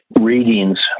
readings